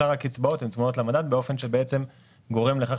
שאר הקצבאות הן צמודות למדד באופן שבעצם גורם לכך